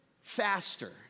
faster